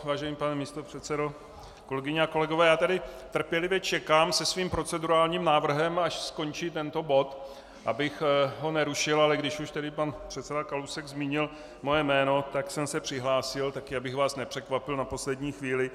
Vážený pane místopředsedo, kolegyně a kolegové, já tady trpělivě čekám se svým procedurálním návrhem, až skončí tento bod, abych ho nerušil, ale když už tedy pan předseda Kalousek zmínil moje jméno, tak jsem se přihlásil, také abych vás nepřekvapil na poslední chvíli.